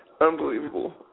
unbelievable